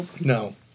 No